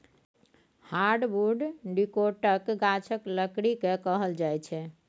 hardwood डिकौटक गाछक लकड़ी केँ कहल जाइ छै